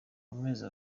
amezi